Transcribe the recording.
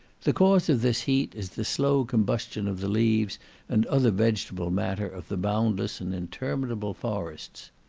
the cause of this heat is the slow combustion of the leaves and other vegetable matter of the boundless and interminable forests.